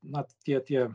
na tie tie